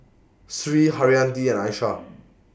Sri Haryati and Aishah